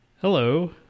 Hello